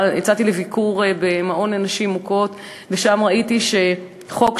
יצאתי לביקור במעון לנשים מוכות ושם ראיתי שחוק שעבר,